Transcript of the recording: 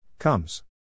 Comes